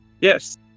Yes